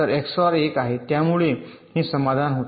तर एक्सओआर 1 आहे यामुळे हे समाधान होते